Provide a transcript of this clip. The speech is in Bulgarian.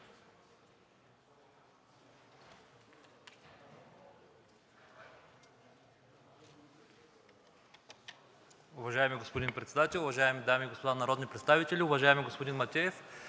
Уважаеми господин Председател, уважаеми дами и господа народни представители! Уважаеми господин Минчев,